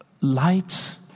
lights